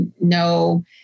no